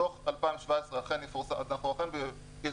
דוח 2017 אכן יפורסם אנחנו אכן --- למה